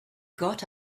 got